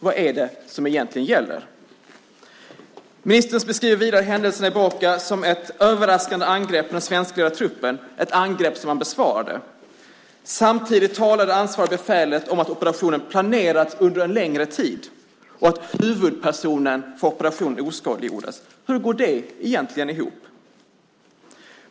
Vad är det som egentligen gäller? Ministern beskriver händelserna i Boka som ett överraskande angrepp på den svenskledda truppen, ett angrepp som man besvarade. Samtidigt talar det ansvariga befälet om att operationen planerats under en längre tid och att "huvudpersonen för operationen oskadliggjordes". Hur går det egentligen ihop?